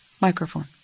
microphone